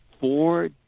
four